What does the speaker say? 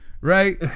right